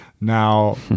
Now